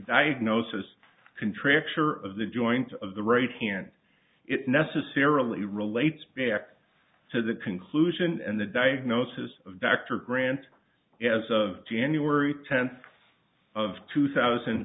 contracture of the joint of the right hand it necessarily relates back to the conclusion and the diagnosis of dr grant as of january tenth of two thousand